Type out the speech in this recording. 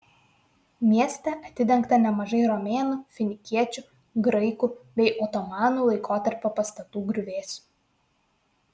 mieste atidengta nemažai romėnų finikiečių graikų bei otomanų laikotarpio pastatų griuvėsių